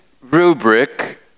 rubric